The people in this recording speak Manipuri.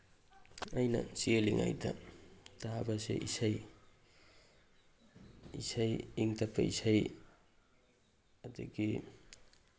ꯑꯩꯅ ꯆꯦꯜꯂꯤꯉꯩꯗ ꯇꯥꯕꯁꯤ ꯏꯁꯩ ꯏꯁꯩ ꯏꯪ ꯇꯞꯄ ꯏꯁꯩ ꯑꯗꯒꯤ